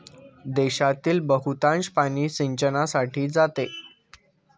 देशातील बहुतांश पाणी सिंचनासाठी जाते